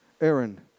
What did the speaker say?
Aaron